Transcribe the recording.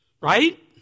right